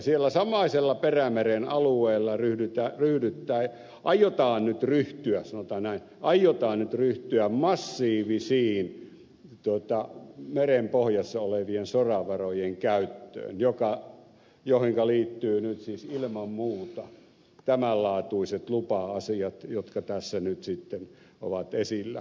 siellä samaisella perämeren alueella aiotaan nyt ryhtyä sanotaan nyt näin massiiviseen merenpohjassa olevien soravarojen käyttöön mihin liittyvät nyt siis ilman muuta tämän laatuiset lupa asiat jotka tässä nyt sitten ovat esillä